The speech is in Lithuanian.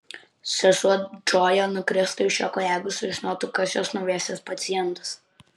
sesuo džoja nukristų iš juoko jeigu sužinotų kas jos naujasis pacientas